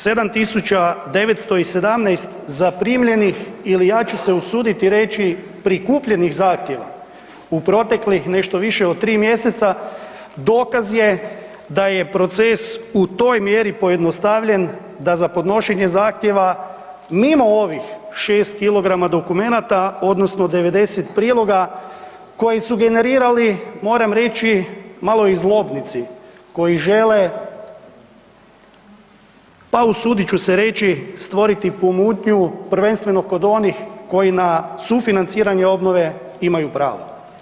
7 917 zaprimljenih ili, ja ću se usuditi reći, prikupljenih zahtjeva u proteklih, nešto više od 3 mjeseca, dokaz je da je proces u toj mjeri pojednostavljen da za podnošenje zahtjeva, mimo ovih 6 kilograma dokumenata, odnosno 90 priloga, koji su generirali, moram reći, malo i zlobnici koji žele, pa usudit ću se reći, stvoriti pomutnju, prvenstveno kod onih koji na sufinanciranje obnove imaju pravo.